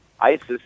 ISIS